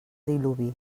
diluvi